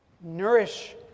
Nourish